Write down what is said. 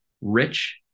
rich